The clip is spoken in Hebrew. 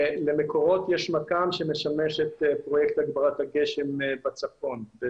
למקורות יש מכ"ם שמשמש את פרויקט הגברת הגשם בצפון.